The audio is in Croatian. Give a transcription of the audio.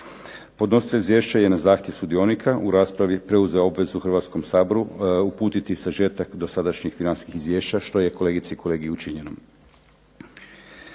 Podnositelj izvješća je na zahtjev sudionika u raspravi preuzeo obvezu Hrvatskom saboru uputiti sažetak dosadašnjih financijskih izvješća što je kolegice i kolege učinjeno.